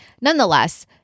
nonetheless